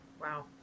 Wow